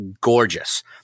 gorgeous